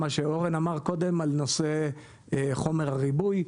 מה שאורן אמר קודם על נושא חומר הריבוי,